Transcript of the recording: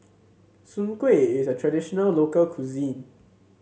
Soon Kway is a traditional local cuisine